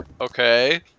Okay